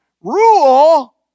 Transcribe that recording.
rule